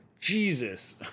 Jesus